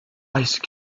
ice